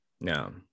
No